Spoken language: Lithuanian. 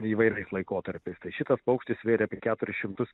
įvairiais laikotarpiais tai šitas paukštis svėrė apie keturis šimtus